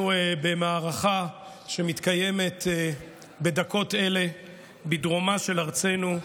אנחנו במערכה שמתקיימת בדקות אלה בדרומה של ארצנו.